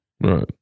Right